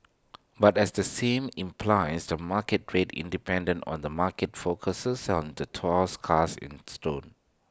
but as the same implies the market rate independent on the market focuses and the thus cast in stone